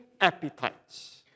appetites